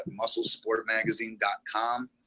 MuscleSportMagazine.com